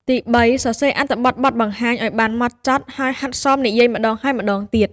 ទីបី សរសេរអត្ថបទបទបង្ហាញឱ្យបានហ្មត់ចត់ ហើយហាត់សមនិយាយម្តងហើយម្តងទៀត។